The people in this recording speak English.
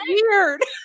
weird